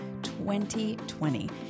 2020